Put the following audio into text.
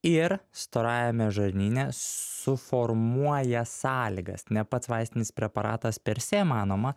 ir storajame žarnyne suformuoja sąlygas ne pats vaistinis preparatas per se manoma